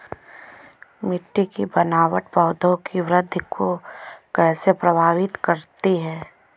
मिट्टी की बनावट पौधों की वृद्धि को कैसे प्रभावित करती है?